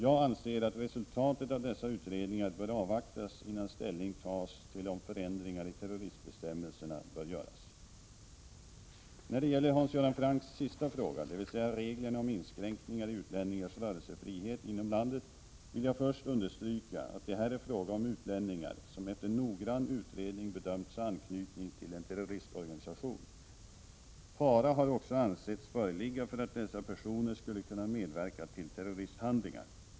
Jag anser att resultatet av dessa utredningar bör avvaktas innan ställning tas till om förändringar i terroristbestämmelserna bör göras. När det gäller Hans Göran Francks sista fråga, dvs. reglerna om inskränkningar i utlänningars rörelsefrihet inom landet vill jag först understryka att det här är fråga om utlänningar som efter noggrann utredning bedömts ha anknytning till en terroristorganisation. Fara har också ansetts föreligga för att dessa personer skulle kunna medverka till terroristhandlingar.